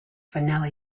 vanilla